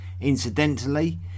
Incidentally